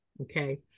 okay